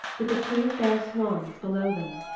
with the two fair swans below them.